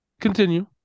Continue